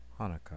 Hanukkah